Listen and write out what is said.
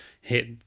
hit